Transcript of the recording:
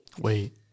wait